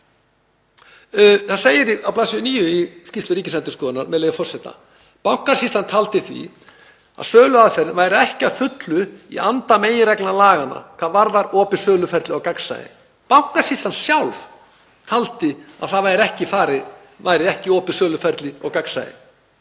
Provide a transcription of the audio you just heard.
Það segir á bls. 9 í skýrslu Ríkisendurskoðunar, með leyfi forseta: „Bankasýslan taldi því að söluaðferðin væri ekki að fullu í anda meginreglna laga nr. 155/2012 hvað varðar opið söluferli og gagnsæi.“ Bankasýslan sjálf taldi að það væri ekki opið söluferli og gagnsæi.